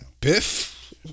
Biff